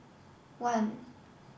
one